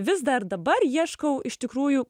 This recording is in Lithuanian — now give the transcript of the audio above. vis dar dabar ieškau iš tikrųjų